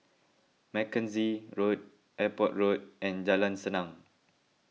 Mackenzie Road Airport Road and Jalan Senang